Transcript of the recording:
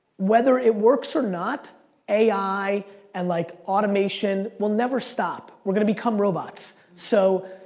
whether it works or not ai and like automation will never stop. we're gonna become robots. so,